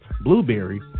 Blueberry